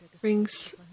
brings